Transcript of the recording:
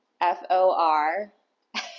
F-O-R